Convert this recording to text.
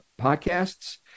Podcasts